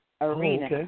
Arena